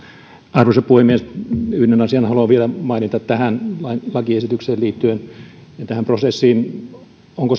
arvoisa puhemies yhden asian haluan vielä mainita tähän lakiesitykseen ja tähän prosessiin liittyen onko